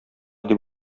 дип